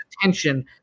attention